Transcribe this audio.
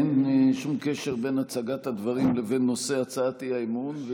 אין שום קשר בין הצגת הדברים לבין נושא הצעת האי-אמון,